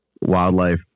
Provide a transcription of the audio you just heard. wildlife